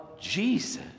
Jesus